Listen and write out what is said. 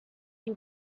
you